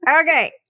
Okay